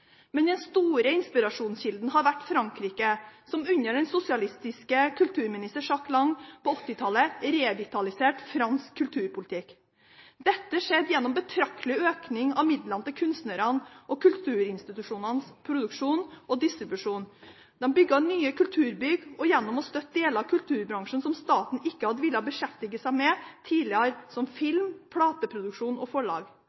men den store inspirasjonskilden har vært Frankrike som under den sosialistiske kulturministeren Jack Lang på 1980-tallet revitaliserte fransk kulturpolitikk. Dette skjedde gjennom en betraktelig økning av midlene til kunstnernes og kulturinstitusjonenes produksjon og distribusjon, bygging av nye kulturbygg og gjennom å støtte deler av kulturbransjen som staten tidligere ikke hadde villet beskjeftige seg med; film, plateproduksjon og forlag.